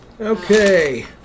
okay